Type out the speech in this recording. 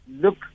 look